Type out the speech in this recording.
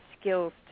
skills